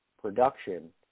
production